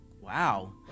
Wow